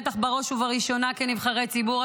בטח בראש ובראשונה כנבחרי ציבור,